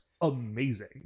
amazing